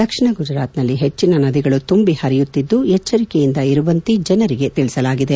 ದಕ್ಷಿಣ ಗುಜರಾತ್ ನಲ್ಲಿ ಹೆಜ್ಜಿನ ನದಿಗಳು ತುಂಬಿ ಪರಿಯುತ್ತಿದ್ದು ಎಚ್ವರಿಕೆಯಿಂದ ಇರುವಂತೆ ಜನರಿಗೆ ತಿಳಿಸಲಾಗಿದೆ